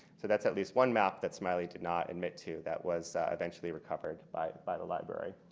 so that's at least one map that smiley did not admit to that was eventually recovered by by the library.